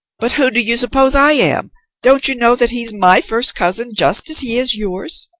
but who do you suppose i am don't you know that he's my first cousin just as he is yours?